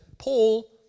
Paul